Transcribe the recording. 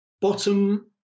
bottom